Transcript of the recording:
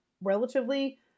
relatively